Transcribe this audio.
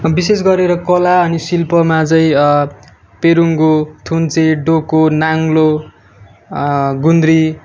विशेष गरेर कला अनि शिल्पमा चाहिँ पेरुङ्गो थुन्से नाङ्लो गुन्द्री